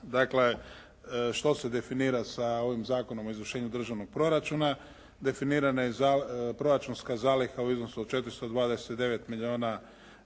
Dakle, što se definira sa ovim zakonom o izvršenju državnog proračuna? Definirana je proračunska zaliha u iznosu od 429 milijuna